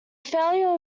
failure